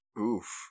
Oof